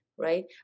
Right